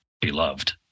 beloved